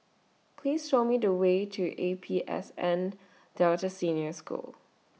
Please Show Me The Way to A P S N Delta Senior School